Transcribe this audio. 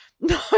No